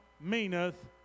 meaneth